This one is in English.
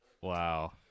Wow